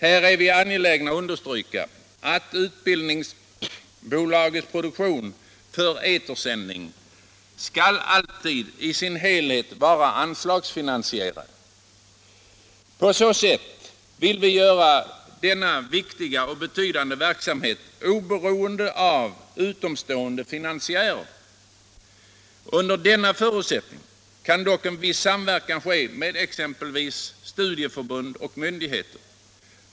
Här är vi angelägna om att understryka att utbildningsbolagets produktion för etersändning i sin helhet alltid skall vara anslagsfinansierad. På så sätt vill vi göra denna viktiga och betydande verksamhet oberoende av utomstående finansiärer. Under denna förutsättning kan dock en viss samverkan ske med exempelvis studieförbund och myndigheter.